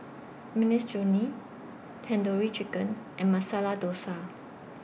Minestrone Tandoori Chicken and Masala Dosa